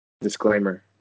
Disclaimer